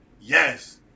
Yes